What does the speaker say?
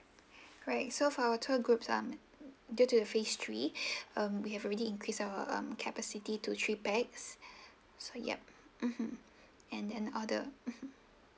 right so for our tour group um due to the phase three um we have already increase our mm capacity to three pax so yup mmhmm and then uh the